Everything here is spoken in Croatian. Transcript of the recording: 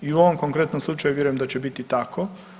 I u ovom konkretnom slučaju vjerujem da će biti tako.